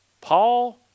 Paul